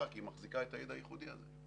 כי היא מחזיקה את הידע הייחודי הזה.